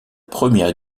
première